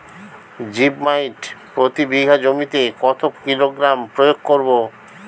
Zip মাইট প্রতি বিঘা জমিতে কত কিলোগ্রাম প্রয়োগ করব?